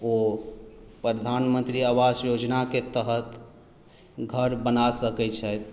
ओ प्रधानमन्त्री आवास योजनाके तहत घर बना सकै छथि